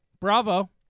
bravo